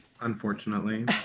Unfortunately